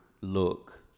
look